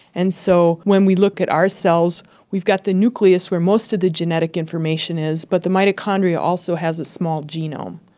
and so when we look at our cells we've got the nucleus where most of the genetic information is, but the mitochondria also has a small genome.